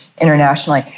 Internationally